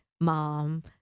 mom